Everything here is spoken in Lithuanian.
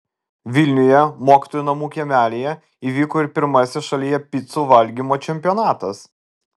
vilniuje mokytojų namų kiemelyje įvyko ir pirmasis šalyje picų valgymo čempionatas